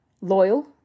loyal